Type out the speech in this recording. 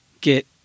get